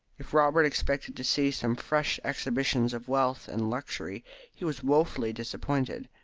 if robert expected to see some fresh exhibition of wealth and luxury he was woefully disappointed,